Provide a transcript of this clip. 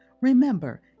Remember